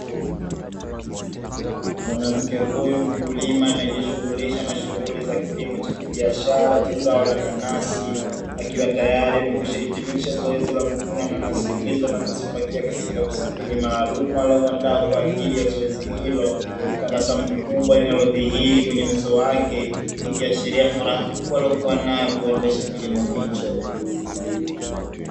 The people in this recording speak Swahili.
Mwanamke huyu mkulima, anajishughulisha na shughuli za kilimo cha kibiashara cha zao la nanasi, akiwa tayari amekwishahitimisha zoezi la kuvuna nanasi hizo na kuzipakia katika usafiri maalumu aliouandaa kwa ajili ya zoezi hilo. Tabasamu kubwa linalodhihiri kwenye uso wake, likiashiria furaha kubwa aliyokuwa nayo kuendesha kilimo hicho.